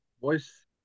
voice